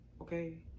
okay